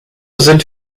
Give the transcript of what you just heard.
sind